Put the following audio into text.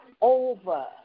over